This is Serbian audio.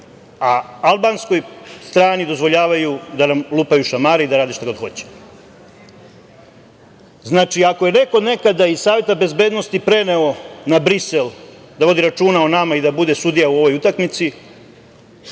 a albanskoj strani dozvoljavaju da nam lupaju šamare i da rade šta god hoće. Znači, ako je neko nekada iz Saveta bezbednosti preneo na Brisel da vodi računa o nama i da bude sudija u ovoj utakmici,